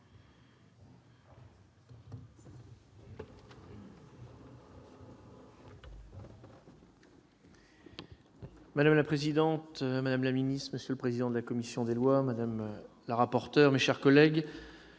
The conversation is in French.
Madame la présidente, madame la garde des sceaux, monsieur le président de la commission des lois, madame la rapporteur, mes chers collègues,